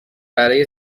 برای